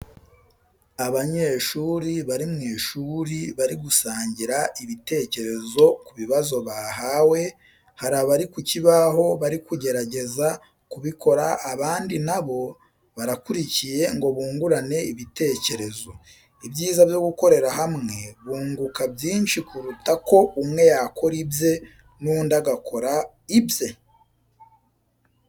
Abanyeshuri bari mu ishuri, bari gusangira ibitekerezo ku bibazo bahawe, hari abari ku kibaho bari kugerageza kubikora abandi nabo barakurikiye ngo bungurane ibitekerezo. Ibyiza gukorera hamwe bunguka byinshi kuruta ko umwe yakora ibye n'undi agakora ibye.